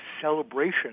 celebration